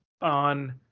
on –